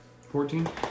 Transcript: Fourteen